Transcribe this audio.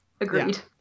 Agreed